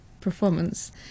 performance